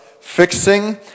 fixing